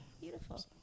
Beautiful